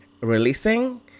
releasing